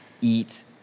eat